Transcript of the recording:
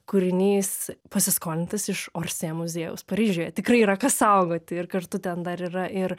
kūrinys pasiskolintas iš orsė muziejaus paryžiuje tikrai yra ką saugoti ir kartu ten dar yra ir